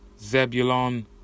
Zebulon